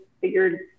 figured